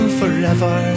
forever